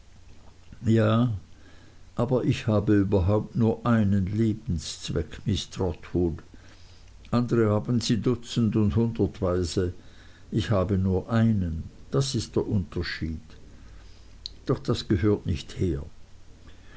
ja aber ich habe überhaupt nur einen lebenszweck miß trotwood andere haben sie dutzend und hundertweise ich habe nur einen das ist der unterschied doch das gehört nicht